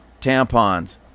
tampons